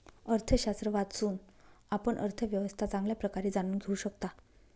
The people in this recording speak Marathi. अर्थशास्त्र वाचून, आपण अर्थव्यवस्था चांगल्या प्रकारे जाणून घेऊ शकता